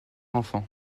enfants